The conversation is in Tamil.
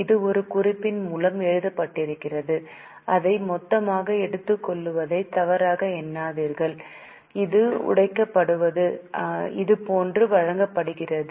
இது ஒரு குறிப்பின் மூலம் எழுதப்பட்டிருக்கிறது அதை மொத்தமாக எடுத்துக்கொள்வதை தவறாக எண்ணாதீர்கள் இது உடைக்கப்படுவது இதுபோன்று வழங்கப்படுகிறது